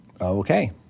Okay